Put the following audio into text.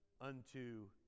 unto